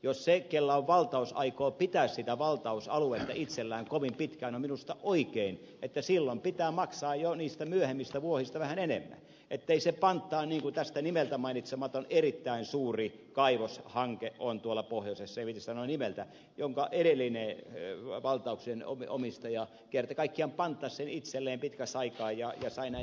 jos se kellä on valtaus aikoo pitää sitä valtausaluetta itsellään kovin pitkään on minusta oikein että silloin pitää maksaa jo niistä myöhemmistä vuosista vähän enemmän ettei se panttaa sitä niin kuin kävi tuolla pohjoisessa eräässä nimeltä mainitsemattomassa erittäin suuressa kaivoshankkeessa en viitsi sanoa nimeltä jossa edellinen valtauksen omistaja kerta kaikkiaan panttasi sen itselleen pitkäksi aikaa ja sai näin tehdä